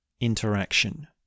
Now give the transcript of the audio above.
interaction